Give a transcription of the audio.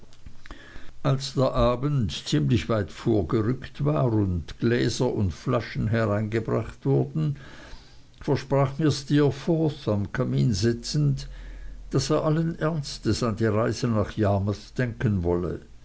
als der abend ziemlich weit vorgerückt war und gläser und flaschen hereingebracht wurden versprach mir steerforth am kamin sitzend daß er allen ernstes an die reise nach yarmouth denken wolle